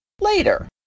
later